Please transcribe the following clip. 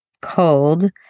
cold